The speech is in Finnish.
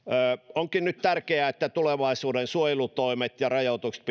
onkin nyt tärkeää että tulevaisuuden suojelutoimet ja rajoitukset